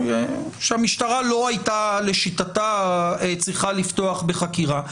שהמשטרה לא הייתה לשיטתה צריכה לפתוח בחקירה,